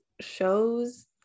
shows